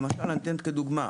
אני אתן דוגמה.